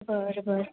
बरं बरं